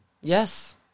Yes